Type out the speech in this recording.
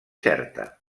certa